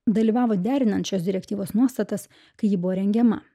dalyvavo derinant šios direktyvos nuostatas kai ji buvo rengiama